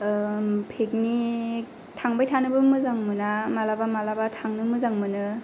picnic थांबाय थानोबो मोजां मोना माब्लाबा माब्लाबा थांनो मोजां मोनो